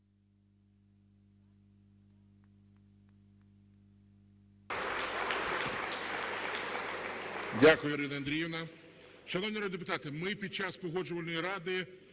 Дякую, Ірина Андріївна.